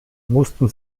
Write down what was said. mussten